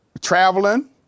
traveling